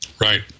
Right